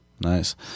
Nice